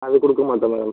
அது கொடுக்கமாட்டோம் மேடம்